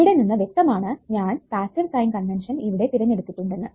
ഇവിടെ നിന്ന് വ്യക്തമാണ് ഞാൻ പാസ്സീവ് സൈൻ കൺവെൻഷൻ ഇവിടെ തിരഞ്ഞെടുത്തിട്ടുണ്ടെന്ന്